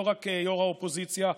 לא רק יושב-ראש האופוזיציה,